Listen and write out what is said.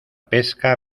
pesca